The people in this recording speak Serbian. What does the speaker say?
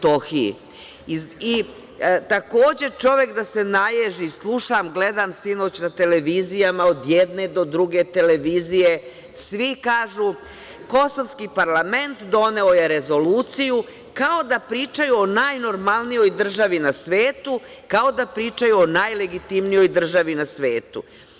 Takođe, čovek da se naježi, slušam, gledam sinoć na televizijama, od jedne do druge televizije, svi kažu kosovski parlament doneo je rezoluciju, kao da pričaju o najnormalnijoj državi na svetu, kao da pričaju o najlegitimnijoj državi na svetu.